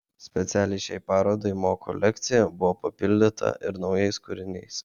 specialiai šiai parodai mo kolekcija buvo papildyta ir naujais kūriniais